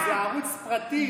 שזה ערוץ פרטי,